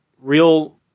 real